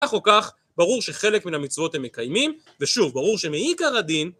כך או כך ברור שחלק מן המצוות הם מקיימים ושוב ברור שמעיקר הדין...